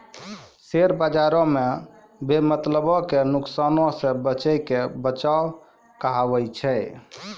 share बजारो मे बेमतलबो के नुकसानो से बचैये के बचाव कहाबै छै